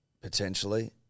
potentially